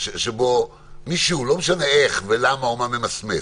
שבו מישהו, לא משנה איך ולמה, ממסמס.